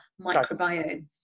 microbiome